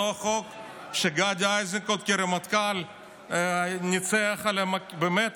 אותו חוק שבו גדי איזנקוט כרמטכ"ל ניצח באמת